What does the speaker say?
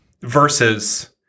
Versus